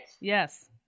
yes